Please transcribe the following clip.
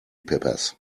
peppers